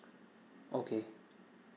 okay